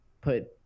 put